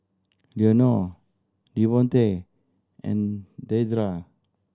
Leonore Devontae and Deidre